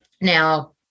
Now